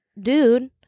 dude